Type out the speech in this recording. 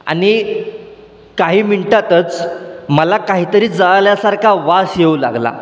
आणि काही मिनटातच मला काहीतरी जळाल्यासारखा वास येऊ लागला